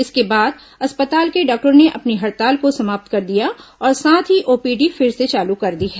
इसके बाद अस्पताल के डॉक्टरों ने अपनी हड़ताल को समाप्त कर दिया और साथ ही ओपीडी फिर से चालू कर दी है